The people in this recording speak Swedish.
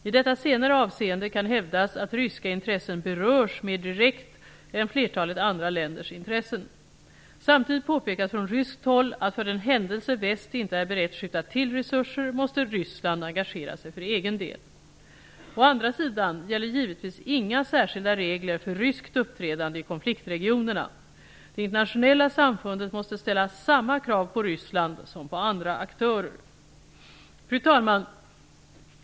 I detta senare avseende kan hävdas att ryska intressen berörs mer direkt än flertalet andra länders intressen. Samtidigt påpekas från ryskt håll, att för den händelse väst inte är berett skjuta till resurser måste Ryssland engagera sig för egen del. Å andra sidan gäller givetvis inga särskilda regler för ryskt uppträdande i konfliktregionerna. Det internationella samfundet måste ställa samma krav på Ryssland som på andra aktörer. Fru talman!